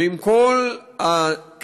ועם כל הכאב,